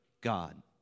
God